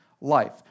life